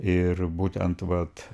ir būtent vat